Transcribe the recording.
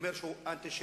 אומרים שהוא אנטישמי.